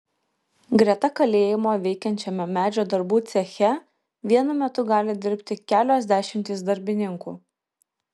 greta kalėjimo veikiančiame medžio darbų ceche vienu metu gali dirbti kelios dešimtys darbininkų